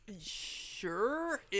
Sure